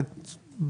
זאת אומרת,